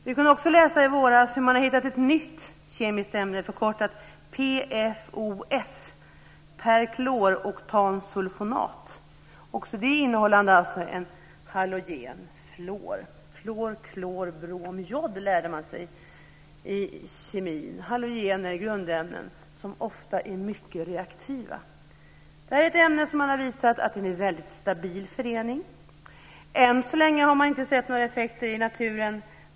Vi kunde också i våras att man hittat ett nytt kemiskt ämne förkortat PFOS, perkloroktansulfonat, också det innehållande en halogen, nämligen fluor. Fluor, klor, brom och jod, lärde man sig i kemin, är halogener. Det är grundämnen som ofta är mycket reaktiva. Man har visat att detta ämne är en väldigt stabil förening. Än så länge har man inte sett några effekter i naturen.